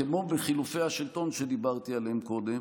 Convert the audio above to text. כמו בחילופי השלטון שדיברתי עליהם קודם,